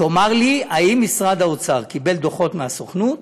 תאמר לי: האם משרד האוצר קיבל דוחות מהסוכנות